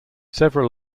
several